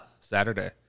Saturday